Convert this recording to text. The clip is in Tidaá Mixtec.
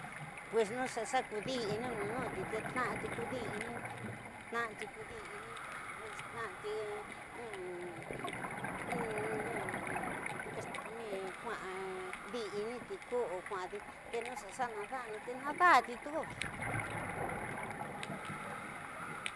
Pues noxa xa kudi ñinu nxi te tna'ati, kudini uya, traiati, kudi ini traiati, tuxi, di inti, ku kuxati, te no xa xana dani te ndadati tuku vaya.